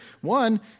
One